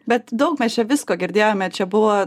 bet daug mes čia visko girdėjome čia buvo